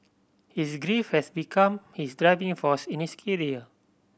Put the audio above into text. his grief had become his driving force in his career